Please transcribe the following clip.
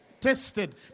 Tested